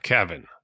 Kevin